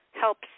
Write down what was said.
helps